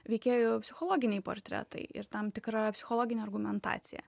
veikėjų psichologiniai portretai ir tam tikra psichologinė argumentacija